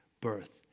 birth